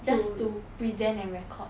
just to present and record